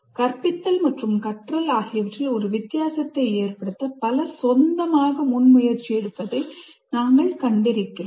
கற்பித்தல் மற்றும் கற்றல் ஆகியவற்றில் ஒரு வித்தியாசத்தை ஏற்படுத்த பலர் சொந்தமாக முன்முயற்சி எடுப்பதை நாங்கள் கண்டிருக்கிறோம்